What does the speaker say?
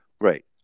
Right